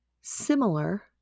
similar